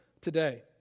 today